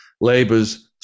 Labour's